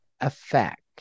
effect